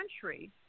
country